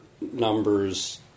numbers